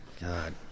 God